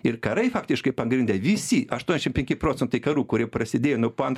ir karai faktiškai pagrinde visi aštuoniasdešim penki procentai karų kurie prasidėjo nuo po antro